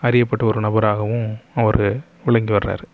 அறியப்பட்ட ஒரு நபராகவும் அவர் விளங்கி வர்றாரு